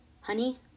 honey